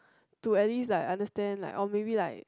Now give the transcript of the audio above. to at least like understand like or maybe like